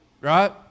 right